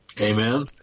Amen